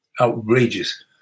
outrageous